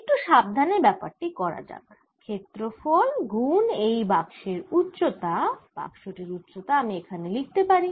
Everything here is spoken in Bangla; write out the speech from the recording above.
একটু সাবধানে ব্যাপার টি করা যাক ক্ষেত্রফল গুন এই বাক্সের উচ্চতা বাক্স টির উচ্চতা আমি এখানে লিখতে পারি